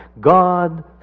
God